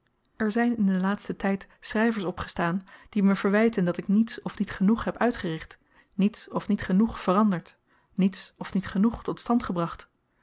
er zyn in den laatsten tyd schryvers opgestaan die me verwyten dat ik niets of niet genoeg heb uitgericht niets of niet genoeg veranderd niets of niet genoeg tot stand gebracht